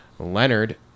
Leonard